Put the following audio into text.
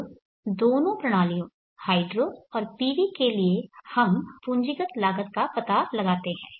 अब दोनों प्रणालियों हाइड्रो और PV के लिए हम पूंजीगत लागत का पता लगाते है